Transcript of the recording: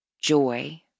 joy